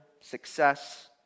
success